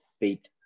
beat